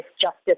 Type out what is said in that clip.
justice